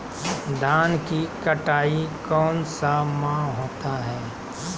धान की कटाई कौन सा माह होता है?